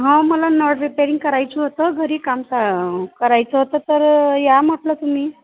हा मला नळ रिपेरिंग करायचं होतं घरी काम आं करायचं होतं तर अ या म्हटलं तुम्ही